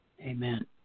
Amen